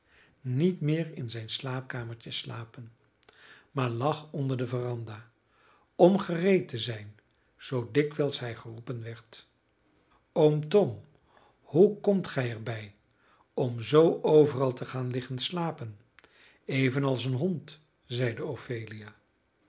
niet meer in zijn slaapkamertje slapen maar lag onder de veranda om gereed te zijn zoo dikwijls hij geroepen werd oom tom hoe komt gij er bij om zoo overal te gaan liggen slapen evenals een hond zeide